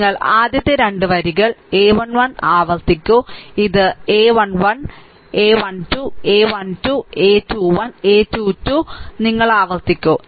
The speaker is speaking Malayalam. നിങ്ങൾ ആദ്യത്തെ 2 വരികൾ a 1 1 ആവർത്തിക്കു ഇത്a 1 1 ഇത് a 1 1 a 1 2 a 1 2 a 21 a 2 2 a 2 2 നിങ്ങൾ ആവർത്തിക്കു